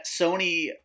Sony